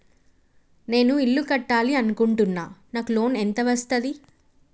నేను ఇల్లు కట్టాలి అనుకుంటున్నా? నాకు లోన్ ఎంత వస్తది?